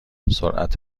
سرعت